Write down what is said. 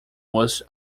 most